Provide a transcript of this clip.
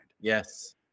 Yes